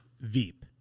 Veep